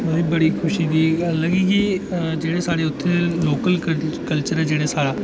ओह् बड़ी खुशी दी गल्ल की जेह्ड़े साढ़े उत्थै दे लोकल कल्चर ऐ साढ़ा